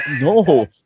No